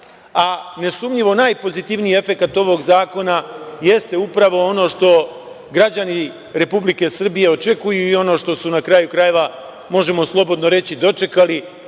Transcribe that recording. a nesumnjivo najpozitivniji efekat ovog zakona jeste upravo ono što građani Republike Srbije očekuju i ono što su na kraju krajeva, možemo slobodno reći, dočekali